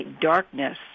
Darkness